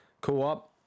Co-op